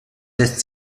lässt